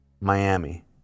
Miami